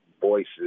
voices